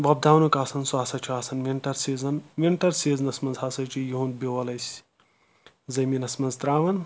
وۄپداونُک آسَان سُہ ہَسا چھُ آسَان وِنٛٹَر سیٖزَن وِنٛٹَر سیٖزنَس منٛز ہَسا چھُ یِہُنٛد بِیول أسۍ زٔمیٖنَس منٛز ترٛاوَان